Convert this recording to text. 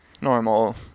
Normal